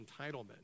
entitlement